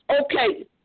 okay